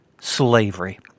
Slavery